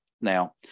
Now